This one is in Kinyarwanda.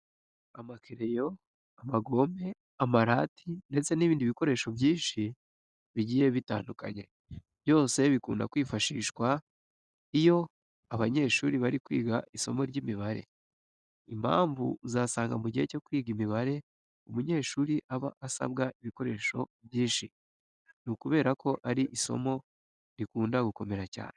Amakereyo, amagome, amarati ndetse n'ibindi bikoresho byinshi bigiye bitandukanye, byose bikunda kwifashishwa iyo abanyeshuri bari kwiga isomo ry'imibare. Impamvu uzasanga mu gihe cyo kwiga imibare umunyeshuri aba asabwa ibikoresho byinshi, ni ukubera ko ari isomo rikunda gukomera cyane.